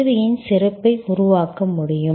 சேவையின் சிறப்பை உருவாக்க வேண்டும்